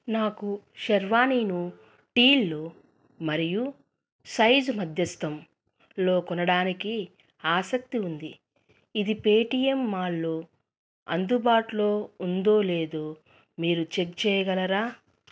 నాకు షెర్వానీను టీల్లో మరియు సైజ్ మధ్యస్థంలో కొనడానికి ఆసక్తి ఉంది ఇది పేటీఎం మాల్లో అందుబాటులో ఉందో లేదో మీరు చెక్ చేయగలరా